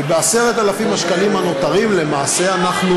וב-10,000 השקלים הנותרים למעשה אנחנו